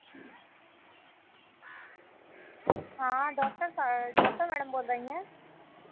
हाँ doctor doctor madam बोल रही हैं